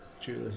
Julie